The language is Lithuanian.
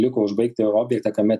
liko užbaigti objektą kame